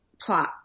plot